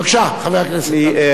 בבקשה, חבר הכנסת טלב אלסאנע.